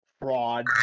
fraud